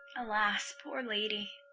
alas, poor lady,